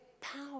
power